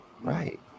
right